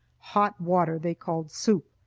hot water they called soup.